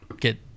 get